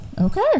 Okay